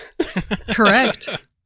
Correct